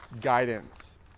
guidance